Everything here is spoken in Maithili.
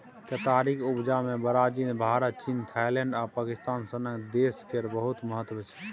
केतारीक उपजा मे ब्राजील, भारत, चीन, थाइलैंड आ पाकिस्तान सनक देश केर बहुत महत्व छै